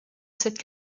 cette